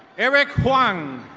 eric wang.